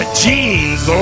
jeans